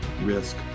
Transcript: risk